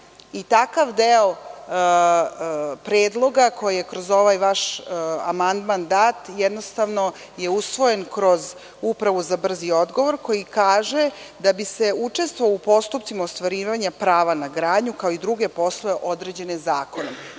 Takav deo predloga, koji je kroz ovaj vaš amandman dat, jednostavno je usvojen kroz Upravu za brzi odgovor koji kaže da bi se učestvovalo u postupcima ostvarivanja prava na gradnju, kao i druge poslove određene zakonom,